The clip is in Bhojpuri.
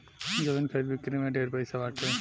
जमीन खरीद बिक्री में ढेरे पैसा बाटे